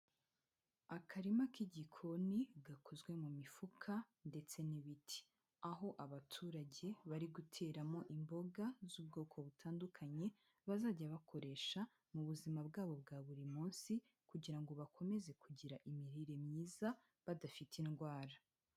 Akarima k'igikoni gakozwe mu mifuka ndetse n'ibiti, aho abaturage bari guteramo imboga z'ubwoko butandukanye bazajya bakoresha mu buzima bwabo bwa buri munsi kugira ngo bakomeze kugira imirire myiza badafite indwara.